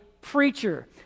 preacher